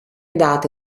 date